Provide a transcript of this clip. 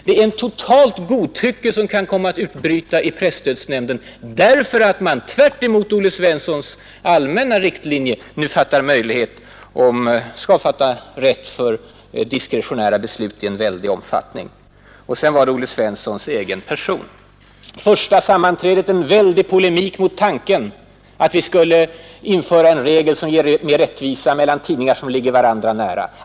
Det är ett totalt godtycke som kan komma att bli följden i presstödsnämnden, därför att man nu, tvärtemot Olle Svenssons allmänna riktlinjer, skall genomföra rätt för diskretionära beslut i en väldig omfattning. Vad slutligen beträffar Olle Svenssons egen person förde han vid första sammanträdet i utskottet en väldig polemik mot tanken att vi skulle införa en regel som skipar mer rättvisa mellan tidningar som ligger varandra nära.